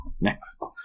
next